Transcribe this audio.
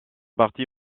partie